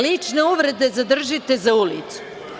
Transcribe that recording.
Lične uvrede zadržite za ulicu.